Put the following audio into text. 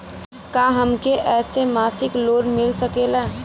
का हमके ऐसे मासिक लोन मिल सकेला?